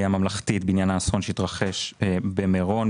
הממלכתית בעניין האסון שהתרחש במירון,